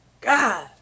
God